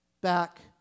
back